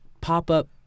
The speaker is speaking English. pop-up